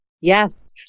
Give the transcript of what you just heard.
yes